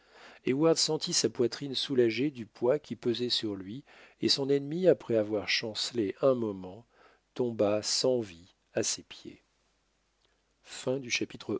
temps heyward sentit sa poitrine soulagée du poids qui pesait sur lui et son ennemi après avoir chancelé un moment tomba sans vie à ses pieds